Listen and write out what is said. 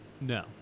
No